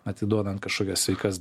atiduodant kažkokias sveikas